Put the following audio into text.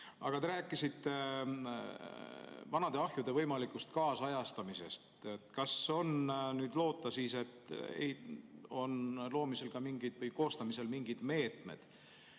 Aga te rääkisite vanade ahjude võimalikust kaasajastamisest. Kas on loota, et on loomisel või koostamisel mingid meetmed,